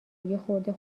یخورده